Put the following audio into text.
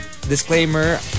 Disclaimer